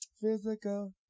physical